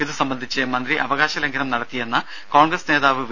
ഇത് സംബന്ധിച്ച് മന്ത്രി അവകാശലംഘനം നടത്തിയെന്ന കോൺഗ്രസ് നേതാവ് വി